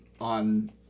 on